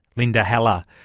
linda haller.